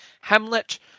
Hamlet